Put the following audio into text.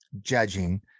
judging